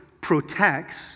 protects